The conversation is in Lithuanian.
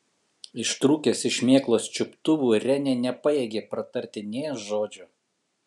ištrūkęs iš šmėklos čiuptuvų renė nepajėgė pratarti nė žodžio